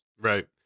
Right